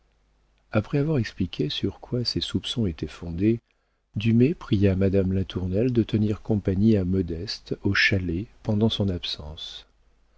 après avoir expliqué sur quoi ses soupçons étaient fondés dumay pria madame latournelle de tenir compagnie à modeste au chalet pendant son absence